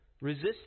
resist